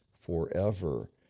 forever